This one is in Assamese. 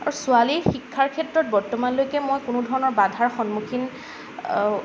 আৰু ছোৱালীৰ শিক্ষাৰ ক্ষেত্ৰত বৰ্তমানলৈকে মই কোনোধৰণৰ বাধাৰ সন্মুখীন